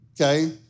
okay